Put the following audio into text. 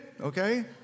okay